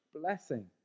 blessing